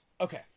Okay